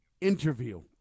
interview